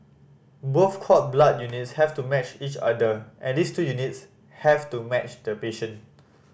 both cord blood units have to match each other and these two units have to match the patient